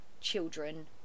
children